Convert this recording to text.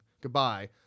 Goodbye